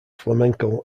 flamenco